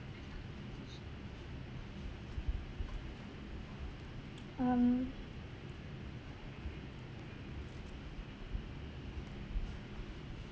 um